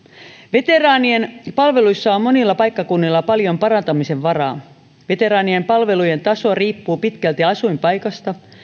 veteraanien palveluissa on monilla paikkakunnilla paljon parantamisen varaa veteraanien palvelujen taso riippuu pitkälti asuinpaikasta